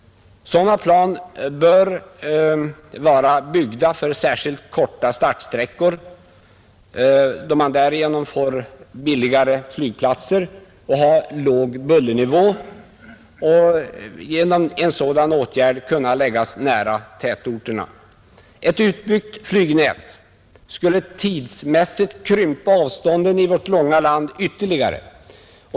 Sådana flygplan bör vara byggda för särskilt korta startsträckor, då man därigenom kan bygga billigare flygplatser, och ha låg bullernivå, eftersom de genom en sådan åtgärd skulle kunna utnyttjas nära tätorterna, Ett utbyggt flygnät skulle tidsmässigt krympa avstånden i vårt långa land ytterligare.